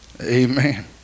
Amen